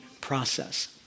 process